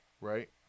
Right